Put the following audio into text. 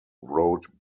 wrote